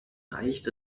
reicht